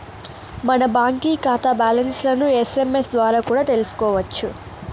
మన బాంకీ కాతా బ్యాలన్స్లను ఎస్.ఎమ్.ఎస్ ద్వారా కూడా తెల్సుకోవచ్చు